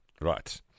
Right